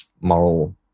moral